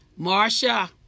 Marsha